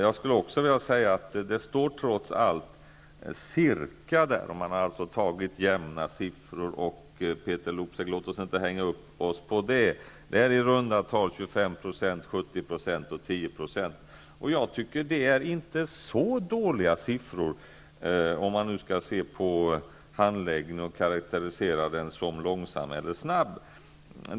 När det gäller procentsatserna sade jag trots allt cirka. Man har tagit jämna siffror. Peeter Luksep, låt oss inte hänga upp oss på detta. Det rör sig i runda tal om 25, 70 och 10 %. Jag tycker inte att det är så dåliga siffror om man skall se till handläggningen och karakterisera den som långsam eller snabb.